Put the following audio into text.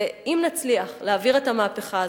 אם נצליח להעביר את המהפכה הזאת,